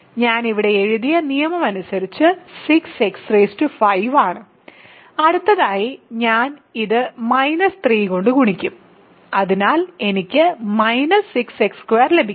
ഞാൻ ഇവിടെ എഴുതിയ നിയമം അനുസരിച്ചു 6x5 ആണ് അടുത്തതായി ഞാൻ ഇത് 3 കൊണ്ട് ഗുണിക്കും അതിനാൽ എനിക്ക് 6x2 ലഭിക്കും